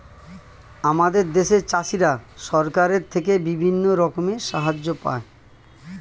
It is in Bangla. আমাদের দেশের চাষিরা সরকারের থেকে বিভিন্ন রকমের সাহায্য পায়